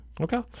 Okay